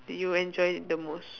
did you enjoy the most